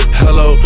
hello